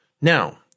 Now